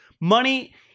Money